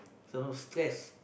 so stress